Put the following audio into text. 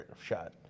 shot